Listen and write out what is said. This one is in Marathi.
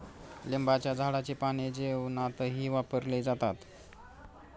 लिंबाच्या झाडाची पाने जेवणातही वापरले जातात